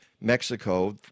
Mexico